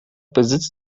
besitzt